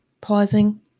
Pausing